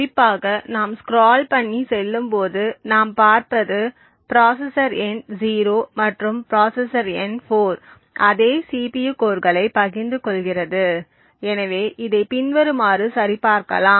குறிப்பாக நாம் சுகிறோல் பண்ணி செல்லும் போது நாம் பார்ப்பது ப்ராசசர் எண் 0 மற்றும் ப்ராசசர் எண் 4 அதே CPU கோர்களை பகிர்ந்து கொள்கிறது எனவே இதை பின்வருமாறு சரிபார்க்கலாம்